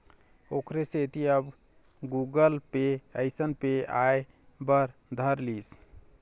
ओखरे सेती अब गुगल पे अइसन ऐप आय बर धर लिस